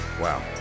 Wow